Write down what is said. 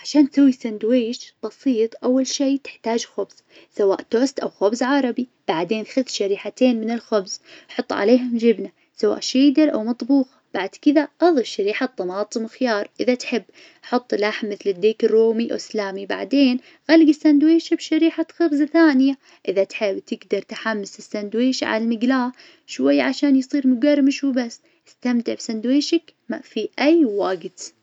عشان تسوي سندويش بسيط أول شي تحتاج خبز سواء توست أو خبز عربي، بعدين خذ شريحتين من الخبز حط عليهم جبنة سواء شيدر أو مطبوخ، بعد كذا اظف شريحة طماطم وخيار إذا تحب، حط لحم مثل الديك الرومي والسلامي بعدين غلق السندويش بشريحة خبز ثانية. إذا تحب تقدر تحمص السندويش على المقلاة شوي عشان يصير مقرمش وبس. استمتع بسندويشك ما في أي وقت.